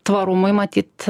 tvarumui matyt